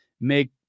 make